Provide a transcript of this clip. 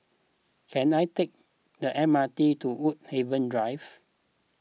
can I take the M R T to Woodhaven Drive